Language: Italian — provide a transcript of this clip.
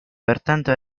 pertanto